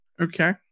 Okay